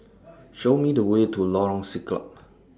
Show Me The Way to Lorong Siglap